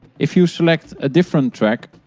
if you select a different track,